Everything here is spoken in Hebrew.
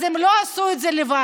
אז הן לא עשו את זה לבד,